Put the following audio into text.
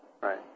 right